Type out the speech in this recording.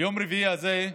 ביום רביעי הזה,